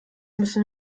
müssen